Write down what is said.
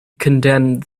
condemned